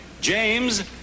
James